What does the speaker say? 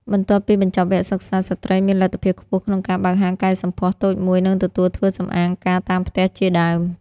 បន្ទាប់ពីបញ្ចប់វគ្គសិក្សា ស្ត្រីមានលទ្ធភាពខ្ពស់ក្នុងការបើកហាងកែសម្ផស្សតូចមួយ និងទទួលធ្វើសម្អាងការតាមផ្ទះជាដើម។